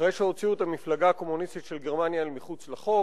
אחרי שהוציאו את המפלגה הקומוניסטית של גרמניה אל מחוץ לחוק,